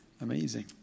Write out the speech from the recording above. amazing